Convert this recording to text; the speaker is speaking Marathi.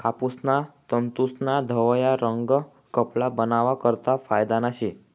कापूसना तंतूस्ना धवया रंग कपडा बनावा करता फायदाना शे